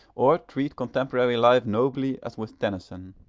or treat contemporary life nobly as with tennyson.